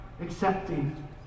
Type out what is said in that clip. accepting